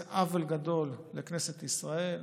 זה עוול גדול לכנסת ישראל,